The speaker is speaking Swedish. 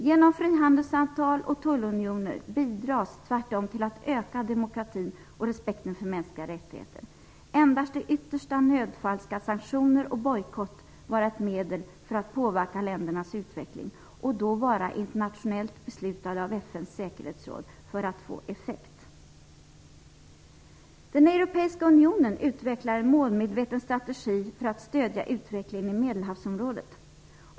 Genom frihandelsavtal och tullunioner bidrar man tvärtom till att öka demokratin och respekten för mänskliga rättigheter. Endast i yttersta nödfall skall sanktioner och bojkott vara ett medel för att påverka ländernas utveckling och då vara internationellt beslutad av FN:s säkerhetsråd för att få effekt. Den europeiska unionen utvecklar en målmedveten strategi för att stödja utvecklingen i Medelhavsområdet.